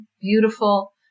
beautiful